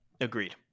Agreed